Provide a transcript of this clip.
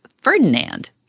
Ferdinand